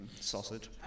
sausage